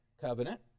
covenant